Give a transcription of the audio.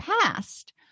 past